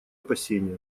опасения